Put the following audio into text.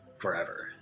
forever